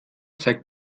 zeigt